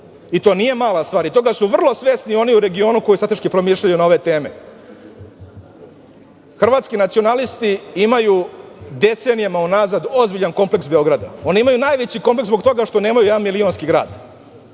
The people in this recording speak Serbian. i to nije mala stvar. Toga su vrlo svesni oni u regionu koji strateški promišljaju na ove teme. Hrvatski nacionalisti imaju decenijama unazad ozbiljan kompleks Beograda. Oni imaju najveći kompleks zbog toga što nemaju jedan milionski grad